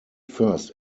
first